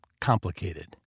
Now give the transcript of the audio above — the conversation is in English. complicated